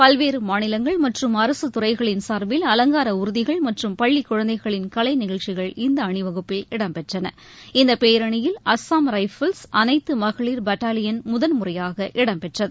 பல்வேறு மாநிலங்கள் மற்றும் அரசுத்துறைகளின் சார்பில் அலங்கார ஊர்திகள் மற்றும் பள்ளிக் குழந்தைகளின் கலை நிகழ்ச்சியில் இந்த அணிவகுப்பில் இடம்பெற்றன இந்த பேரணியில் அஸ்ஸாம் ரைபிள்ஸ் அனைத்து மகளிர் பட்டாலியன் முதல் முறையாக இடம்பெற்றது